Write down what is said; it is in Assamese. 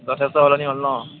যথেষ্ট সলনি হ'ল ন